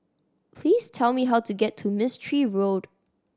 please tell me how to get to Mistri Road